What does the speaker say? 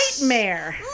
nightmare